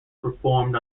performed